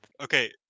Okay